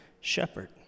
shepherd